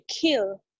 kill